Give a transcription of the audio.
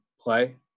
play